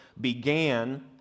began